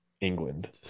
England